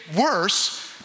worse